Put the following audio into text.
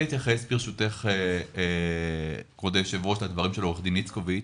ברשותך אני ארצה להתייחס לדברים של עוה"ד איצקוביץ